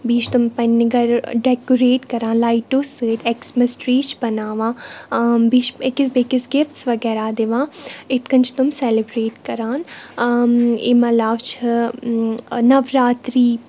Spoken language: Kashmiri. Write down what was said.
بیٚیہِ چھِ تِم پنٕنہِ گَرٕ ڈیٚکوریٹ کَران لایٹو سۭتۍ ایٚکسمَس ٹرٛی چھِ بَناوان بیٚیہِ چھِ أکِس بیٚیِس گِفٹٕس وَغیرہ دِوان یِاِتھٕ کٔنۍ چھِ تِم سیلِبریٹ کَران اَمہِ علاوٕ چھِ نَوراتری